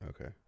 Okay